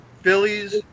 Phillies